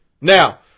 Now